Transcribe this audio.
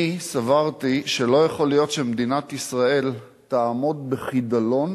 אני סברתי שלא יכול להיות שמדינת ישראל תעמוד בחידלון,